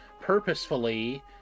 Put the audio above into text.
purposefully